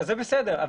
זה בסדר.